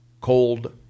cold